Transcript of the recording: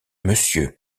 monsieur